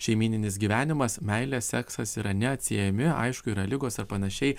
šeimyninis gyvenimas meilė seksas yra neatsiejami aišku yra ligos ar panašiai